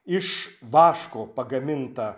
iš vaško pagaminta